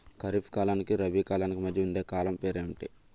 ఖరిఫ్ కాలానికి రబీ కాలానికి మధ్య ఉండే కాలం పేరు ఏమిటి?